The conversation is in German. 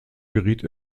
geriet